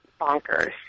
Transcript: bonkers